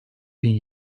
bin